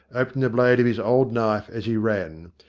opening the blade of his old knife as he ran.